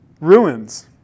ruins